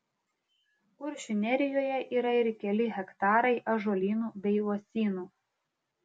kuršių nerijoje yra ir keli hektarai ąžuolynų bei uosynų